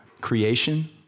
creation